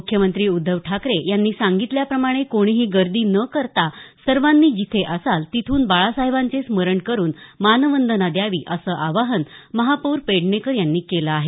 मुख्यमंत्री उद्धव ठाकरे यांनी सांगितल्याप्रमाणे कोणीही गर्दी न करता सर्वांनी जिथे असाल तिथून बाळासाहेबांचे स्मरण करून मानवंदना द्यावी असं आवाहन महापौर पेडणेकर यांनी केलं आहे